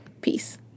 peace